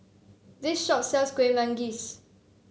this shop sells Kueh Manggis